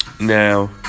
Now